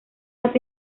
las